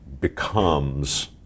becomes